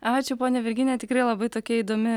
ačiū ponia virginija tikrai labai tokia įdomi